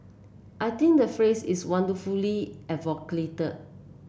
I think the phrase is wonderfully evocative